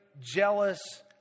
jealous